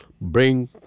bring